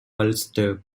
ulster